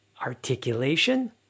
articulation